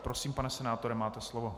Prosím, pane senátore, máte slovo.